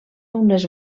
unes